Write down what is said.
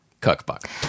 cookbook